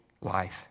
life